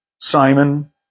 Simon